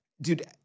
Dude